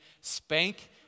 spank